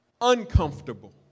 uncomfortable